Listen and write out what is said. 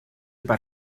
per